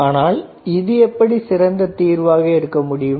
ஆனால் இது எப்படி சிறந்த தீர்வாக இருக்க முடியும்